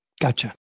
Gotcha